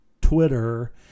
Twitter